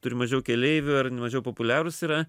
turi mažiau keleivių ar mažiau populiarūs yra